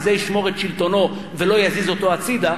כי זה ישמור על שלטונו ולא יזיז אותו הצדה.